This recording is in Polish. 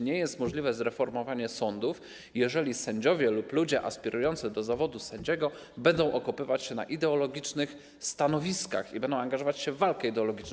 Nie jest możliwe zreformowanie sądów, jeżeli sędziowie lub ludzie aspirujący do zawodu sędziego będą okopywać się na ideologicznych stanowiskach i będą angażować się w walkę ideologiczną.